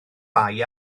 bai